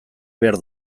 behar